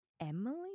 Emily